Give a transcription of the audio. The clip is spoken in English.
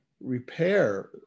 repair